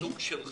סוג של חיסכון,